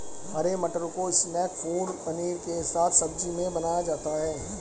हरे मटर को snack food paneer के साथ सब्जी में बनाया जाता है